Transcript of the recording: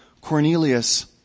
Cornelius